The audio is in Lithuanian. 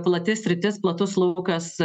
plati sritis platus laukas